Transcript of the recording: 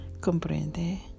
comprende